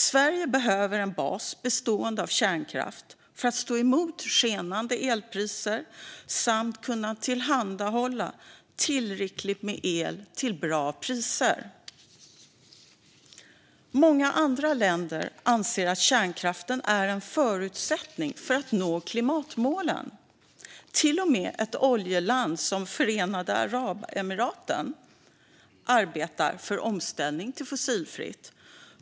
Sverige behöver en bas bestående av kärnkraft för att stå emot skenande elpriser samt kunna tillhandahålla tillräckligt med el till bra priser. Många andra länder anser att kärnkraften är en förutsättning för att nå klimatmålen. Till och med ett oljeland som Förenade Arabemiraten arbetar för en omställning till fossilfritt.